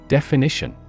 Definition